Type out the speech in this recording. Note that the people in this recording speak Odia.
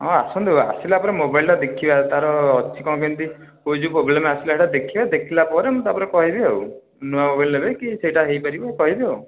ହଁ ଆସନ୍ତୁ ଆସିଲା ପରେ ମୋବାଇଲ୍ଟା ଦେଖିବା ତା'ର ଅଛି କ'ଣ କେମିତି କେଉଁ ଯୋଗୁଁ ପ୍ରୋବ୍ଲେମ୍ ଆସିଲା ସେଇଟା ଦେଖିବା ଦେଖିଲା ପରେ ମୁଁ ତା'ପରେ କହିବି ଆଉ ନୂଆ ମୋବାଇଲ୍ ନେବେ କି ସେଇଟା ହୋଇପାରିବ କହିବି ଆଉ